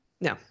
No